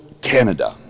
Canada